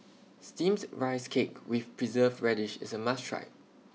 Steamed Rice Cake with Preserved Radish IS A must Try